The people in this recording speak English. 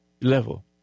level